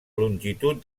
longitud